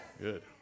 Good